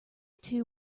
two